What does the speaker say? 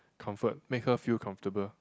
comfort make her feel comfortable